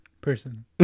person